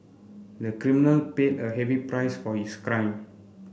the criminal paid a heavy price for his crime